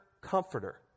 comforter